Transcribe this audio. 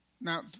Now